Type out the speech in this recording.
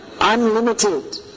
unlimited